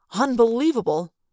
Unbelievable